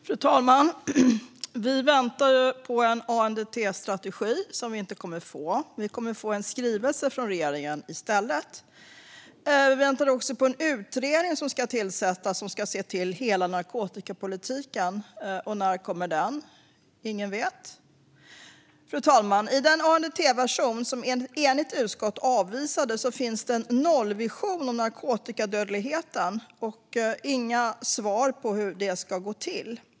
Fru talman! Vi väntar ju på en ANDT-strategi som vi inte kommer att få. Vi kommer i stället att få en skrivelse från regeringen. Vi väntar också på att det ska tillsättas en utredning som ser till hela narkotikapolitiken. När kommer den? Ingen vet. Fru talman! I den ANDT-version som ett enigt utskott avvisade finns en nollvision för narkotikadödligheten men inga svar på hur det ska gå till.